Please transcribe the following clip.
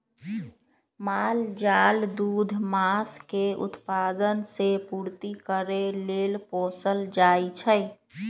माल जाल दूध, मास के उत्पादन से पूर्ति करे लेल पोसल जाइ छइ